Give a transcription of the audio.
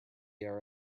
air